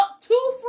two